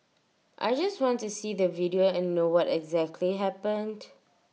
I just want to see the video and know what exactly happened